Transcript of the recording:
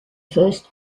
first